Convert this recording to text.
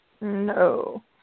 no